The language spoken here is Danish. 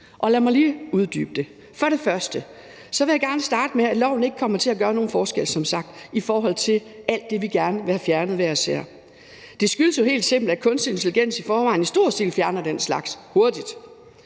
og lad mig lige uddybe det: For det første vil jeg gerne starte med, at loven ikke kommer til at gøre nogen forskel – som sagt – i forhold til alt det, vi gerne vil have fjernet. Det skyldes jo helt simpelt, at kunstig intelligens i forvejen i stor stil fjerner den slags hurtigt.